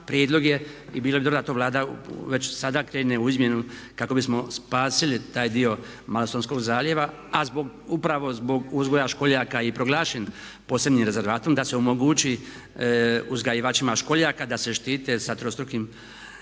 prijedlog je i bilo bi dobro da to Vlada već sada krene u izmjenu kako bismo spasili taj dio Malostonskog zaljeva a upravo zbog uzgoja školjaka je i proglašen posebnim rezervatom da se omogući uzgajivačima školjaka da se štite sa trostrukim mrežama